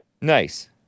Nice